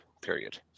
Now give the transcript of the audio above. period